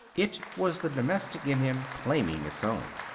it was the domestic in him claiming its own.